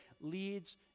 leads